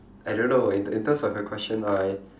I don't know in in terms of your question I